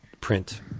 print